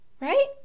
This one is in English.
right